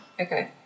Okay